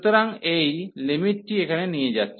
সুতরাং এই লিমিটটি এখানে নিয়ে যাচ্ছি